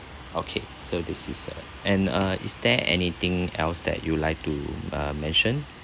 okay so this is a and uh is there anything else that you would like to um mention